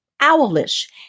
Owlish